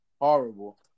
Horrible